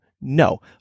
No